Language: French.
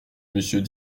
monsieur